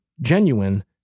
Genuine